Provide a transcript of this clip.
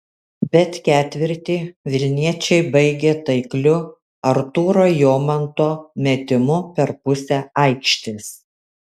bet ketvirtį vilniečiai baigė taikliu artūro jomanto metimu per pusę aikštės